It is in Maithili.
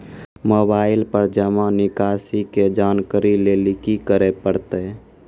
मोबाइल पर जमा निकासी के जानकरी लेली की करे परतै?